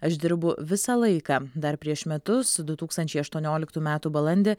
aš dirbu visą laiką dar prieš metus du tūkstančiai aštuonioliktų metų balandį